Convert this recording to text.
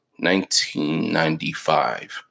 1995